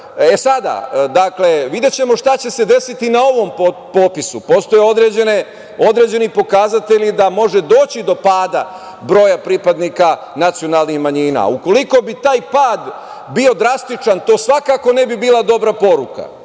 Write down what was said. naroda. Sada, videćemo šta će se desiti na ovom popisu postoje određeni pokazatelji da može doći do pada broja pripadnika nacionalnih manjina. Ukoliko bi taj pad bio drastičan, to svakako ne bi bila dobra poruka.